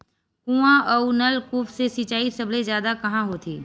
कुआं अउ नलकूप से सिंचाई सबले जादा कहां होथे?